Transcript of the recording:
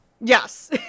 yes